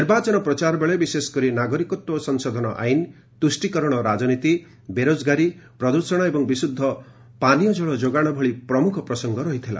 ନିର୍ବାଚନ ପ୍ରଚାର ବେଳେ ବିଶେଷକରି ନାଗରିକତ୍ୱ ସଂଶୋଧନ ଆଇନ ତୃଷ୍ଟିକରଣ ରାଜନୀତି ବେରୋଜଗାରୀ ପ୍ରଦୃଷଣ ଏବଂ ବିଶୁଦ୍ଧ ପାନୀୟ ଜଳ ଭଳି ପ୍ରମୁଖ ପ୍ରସଙ୍ଗ ରହିଥିଲା